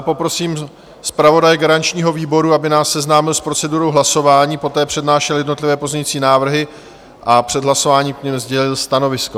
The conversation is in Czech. Poprosím zpravodaje garančního výboru, aby nás seznámil s procedurou hlasování, poté přednášel jednotlivé pozměňovací návrhy a před hlasováním k nim sdělil stanovisko.